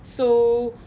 so